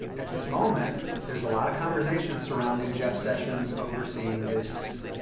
at this moment, there is a lot of conversation surrounding jeff sessions overseeing this,